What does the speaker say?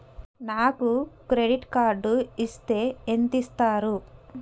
నాకు credit card ఇస్తే ఎంత ఇస్తరు?